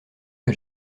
que